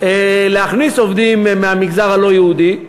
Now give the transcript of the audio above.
להכניס אנשים מהמגזר הלא-יהודי,